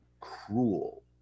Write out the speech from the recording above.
cruel